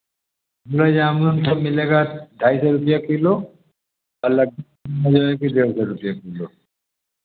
गुलाब जामुन तो मिलेगा ढाई सौ रुपया किलो अलग डेढ़ सौ रुपये किलो